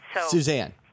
Suzanne